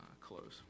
close